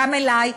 גם אלי,